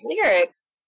lyrics